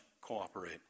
cooperate